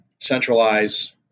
centralize